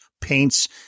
paints